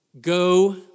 Go